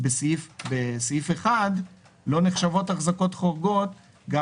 בפסקה (1) לא נחשבות החזקות חורגות גם